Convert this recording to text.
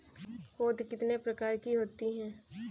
पौध कितने प्रकार की होती हैं?